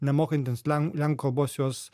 nemokantiems len lenkų kalbos juos